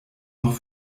noch